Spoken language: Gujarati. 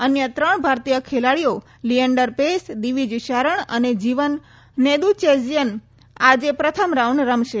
અન્ય ત્રણ ભારતીય ખેલાડીઓ લીએન્ડર પેસ દિવિજ શરણ અને જીવન નેદુચેઝિયન આજે પ્રથમ રાઉન્ડ રમશે